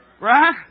Right